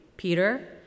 Peter